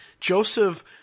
Joseph